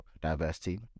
diversity